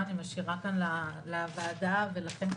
אני משאירה לוועדה ולכם,